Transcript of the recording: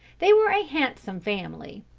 they were a handsome family.